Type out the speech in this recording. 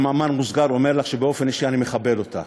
במאמר מוסגר אומר לך שבאופן אישי אני מכבד אותך.